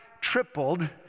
tripled